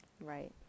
Right